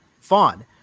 fun